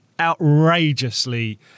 outrageously